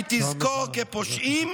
היא תזכור כפושעים,